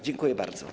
Dziękuję bardzo.